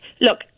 look